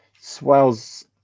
swells